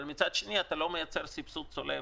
אבל מצד שני אתה לא מייצר סבסוד צולב.